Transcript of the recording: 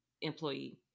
employee